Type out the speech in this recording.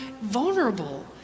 vulnerable